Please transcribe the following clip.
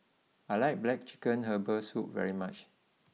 I like Black Chicken Herbal Soup very much